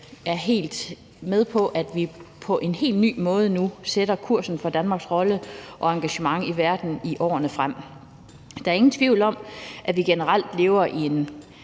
er helt med på, at vi på en helt ny måde nu sætter kursen for Danmarks rolle og engagement i verden i årene frem. Der er ingen tvivl om, at vi generelt lever i en